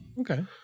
Okay